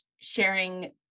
sharing